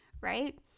right